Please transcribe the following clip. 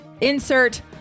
Insert